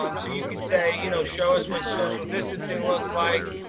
um so you could say, you know, show us what social distancing looks like.